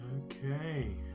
okay